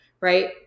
right